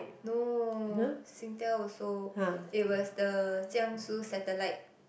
no Singtel also it was the Jiang-Shu satellite